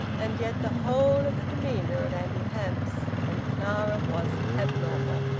and yet the whole of the demeanour of auntie hamps and clara was abnormal.